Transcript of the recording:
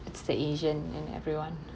it's the asian and everyone